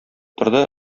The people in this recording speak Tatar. торды